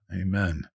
Amen